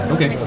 Okay